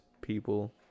people